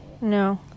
No